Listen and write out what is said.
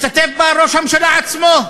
השתתפו בה ראש הממשלה עצמו,